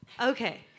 Okay